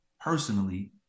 personally